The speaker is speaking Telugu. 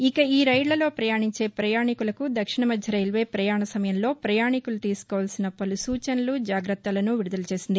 ఇక ఈ రైళ్లలో ప్రయాణించే ప్రయాణికులకు దక్షిణ మధ్య రైల్వే ప్రయాణ సమయంలో పయాణికులు తీసుకోవల్సిన పలు సూచనలు జాగ్రత్తలను విడుదల చేసింది